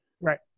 Right